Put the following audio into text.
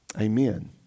Amen